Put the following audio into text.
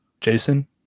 Jason